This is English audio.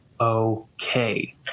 Okay